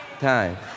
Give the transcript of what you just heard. time